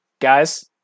guys